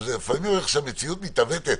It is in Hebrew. לפעמים המציאות מתעוותת.